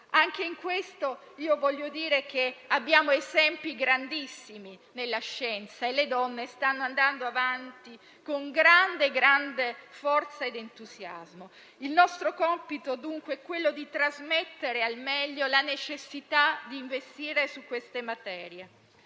diverso, paritario. D'altra parte, abbiamo esempi grandissimi nella scienza, e le donne stanno andando avanti con grande forza ed entusiasmo. Il nostro compito, dunque, è quello di trasmettere al meglio la necessità di investire su queste materie